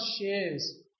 shares